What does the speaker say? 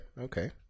okay